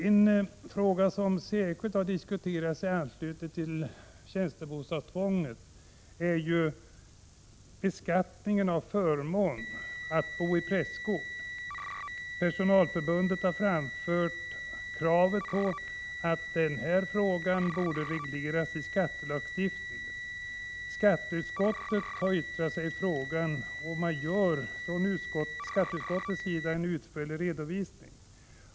En fråga som särskilt har diskuterats i anslutning till tjänstebostadstvånget är beskattningen av förmånerna att bo i prästgård. Personalförbundet har framfört kravet att den här frågan skall regleras i skattelagstiftningen. Skatteutskottet har yttrat sig och gör en utförlig redovisning.